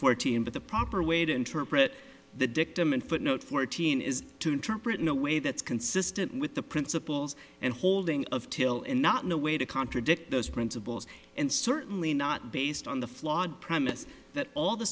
fourteen but the proper way to interpret the dictum in footnote fourteen is to interpret in a way that's consistent with the principles and holding of till in not no way to contradict those principles and certainly not based on the flawed premise that all the